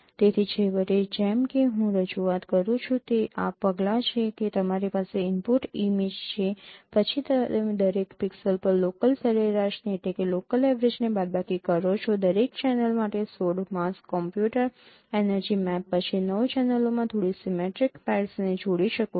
તેથી છેવટે જેમ કે હું રજૂઆત કરું છું તે આ પગલાં છે કે તમારી પાસે ઇનપુટ ઇમેજ છે પછી તમે દરેક પિક્સેલ પર લોકલ સરેરાશને બાદબાકી કરી શકો છો દરેક ચેનલ માટે ૧૬ માસ્ક કમ્પ્યુટર એનર્જી મેપ પછી 9 ચેનલોમાં થોડી સિમેટ્રિક પેર્સ ને જોડી શકો છો